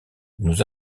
nous